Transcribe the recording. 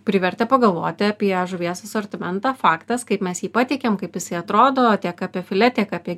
privertė pagalvoti apie žuvies asortimentą faktas kaip mes jį pateikiam kaip jisai atrodo tiek apie filė tiek apie